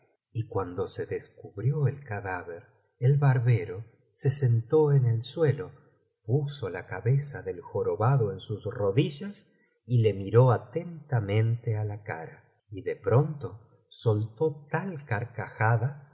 y cuando se descubrió el cadáver el barbero se sentó en el suelo puso la cabeza del jorobado en sus rodillas y le miró atentamente á la cara y de pronto soltó tal